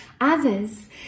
others